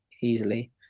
easily